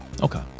okay